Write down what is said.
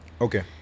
Okay